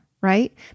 right